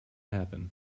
happen